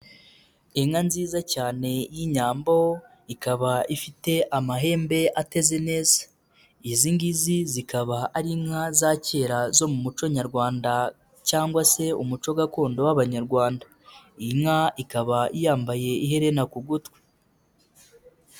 Inka nziza cyane y'inyambo, ikaba ifite amahembe atezi neza. Izi ngizi zikaba ari inka za kera zo mu muco nyarwanda cyangwa se umuco gakondo w'abanyarwanda. Iyi nka ikaba yambaye iherena ku gutwi.